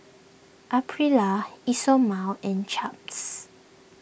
Aprilia Isomil and Chaps